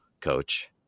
coach